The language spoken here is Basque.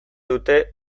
dute